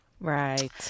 Right